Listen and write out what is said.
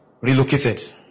relocated